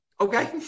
Okay